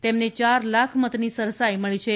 તેમને ચાર લાખ મતની સરસાઇ મળી છે